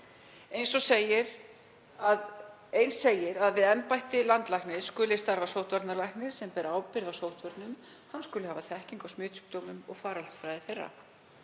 Eins segir að við embætti landlæknis skuli starfa sóttvarnalæknir sem ber ábyrgð á sóttvörnum. Hann skuli hafa þekkingu á smitsjúkdómum og faraldsfræði þeirra.